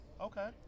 okay